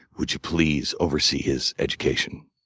would you please oversee his education?